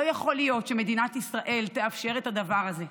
לא יכול להיות שמדינת ישראל תאפשר את הדבר הזה.